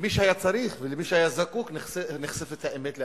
למי שהיה צריך ולמי שהיה זקוק נחשפת האמת לאמיתה.